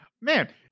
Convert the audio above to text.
man